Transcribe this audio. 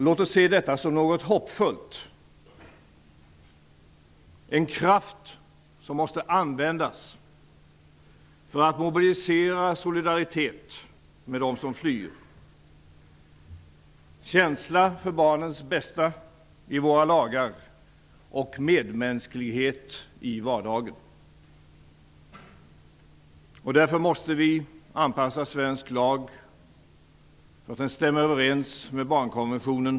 Låt oss se detta som något hoppfullt, en kraft som måste användas för att mobilisera solidaritet med dem som flyr, känsla för barnens bästa i våra lagar och medmänsklighet i vardagen. Därför måste vi anpassa svensk lag så att den stämmer överens med barnkonventionen.